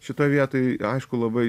šitoj vietoj aišku labai